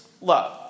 love